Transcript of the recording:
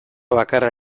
bakarra